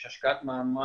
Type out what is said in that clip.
יש השקעת מאמץ